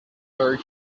very